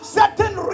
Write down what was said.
certain